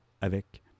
avec